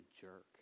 jerk